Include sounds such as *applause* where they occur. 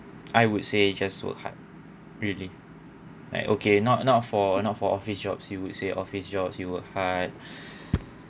I would say just work hard really like okay not not for not for office job you would say office job you work hard *breath*